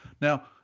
Now